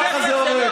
ככה זה עובד.